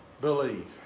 believe